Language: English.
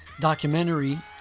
documentary